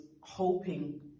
hoping